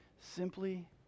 Simply